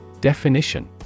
Definition